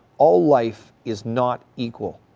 all life is not equal.